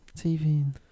TV